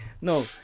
No